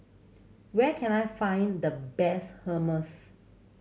where can I find the best Hummus